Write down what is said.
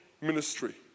ministry